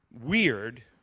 Weird